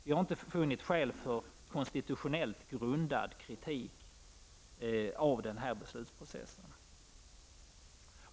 Vi har inte funnit skäl till konstitutionellt grundad kritik av denna beslutsprocess.